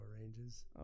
ranges